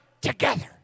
together